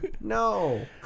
No